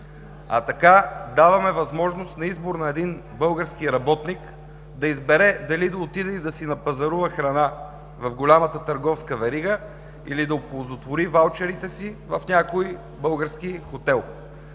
а така даваме възможност за избор на един български работник да избере дали да отиде и да си напазарува храна в голямата търговска верига, или да оползотвори ваучерите си в някой български хотел.